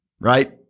Right